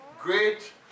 great